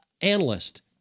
analyst